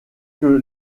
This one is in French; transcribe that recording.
que